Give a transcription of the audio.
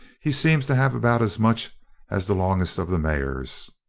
he seems to have about as much as the longest of the mares.